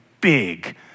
big